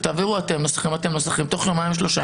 תעבירו אתם נוסחים בתוך יומיים-שלושה.